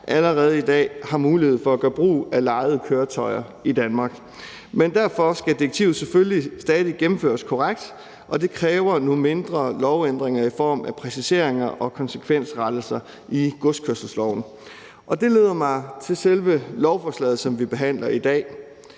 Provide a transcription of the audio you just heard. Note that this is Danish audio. allerede i dag har mulighed for at gøre brug af lejede køretøjer i Danmark. Men derfor skal direktivet selvfølgelig stadig gennemføres korrekt, og det kræver nogle mindre lovændringer i form af præciseringer og konsekvensrettelser i godskørselsloven. Det leder mig til selve lovforslaget, som vi behandler i dag.